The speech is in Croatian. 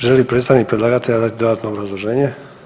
Želi li predstavnik predlagatelja dati dodatno obrazloženje?